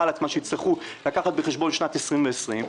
על עצמה שהצטרכו לקחת בחשבון שנת 20 ו-20.